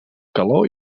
calor